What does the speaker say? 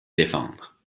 défendre